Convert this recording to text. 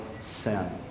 sin